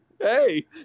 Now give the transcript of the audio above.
Hey